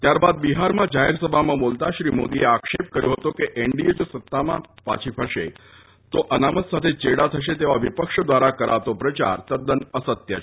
ત્યારબાદ બિહારમાં જાહેરસભામાં બોલતાં શ્રી મોદીએ આક્ષેપ કર્યો હતો કે એનડીએ જો સત્તામાં પાછી ફરશે તો અનામત સાથે ચેડાં થશે તેવો વિપક્ષ દ્વારા કરાતો પ્રચાર તદ્દન અસત્ય છે